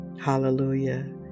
Hallelujah